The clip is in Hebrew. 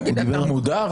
תגיד, אתה מודר?